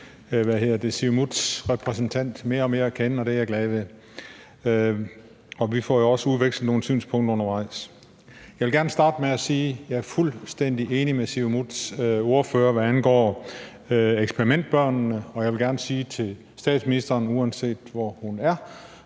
Siumuts repræsentant mere og mere at kende, og det er jeg glad ved; vi får jo også udvekslet nogle synspunkter undervejs. Jeg vil gerne starte med at sige, at jeg er fuldstændig enig med Siumuts ordfører, hvad angår eksperimentbørnene, og jeg vil gerne sige til statsministeren, uanset hvor hun er